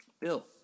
bill